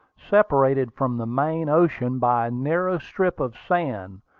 separated from the main ocean by a narrow strip of sand,